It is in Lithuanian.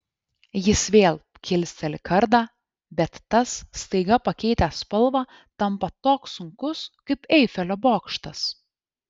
jis vėl kilsteli kardą bet tas staiga pakeitęs spalvą tampa toks sunkus kaip eifelio bokštas